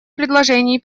предложений